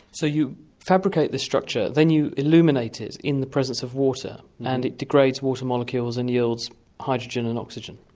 so you fabricate this structure then you illuminate it in the presence of water, and it degrades water molecules and yields hydrogen and oxygen.